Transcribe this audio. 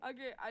Okay